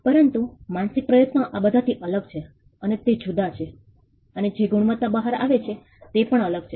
પરંતુ માનસિક પ્રયત્નો આ બધાથી અલગ છે અને તે જુદા છે અને જે ગુણવત્તા બહાર આવે છે તે પણ અલગ છે